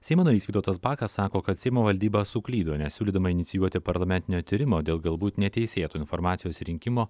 seimo narys vytautas bakas sako kad seimo valdyba suklydo nesiūlydama inicijuoti parlamentinio tyrimo dėl galbūt neteisėto informacijos rinkimo